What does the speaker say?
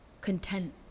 content